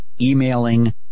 emailing